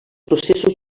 processos